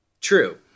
True